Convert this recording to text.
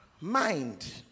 mind